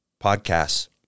podcasts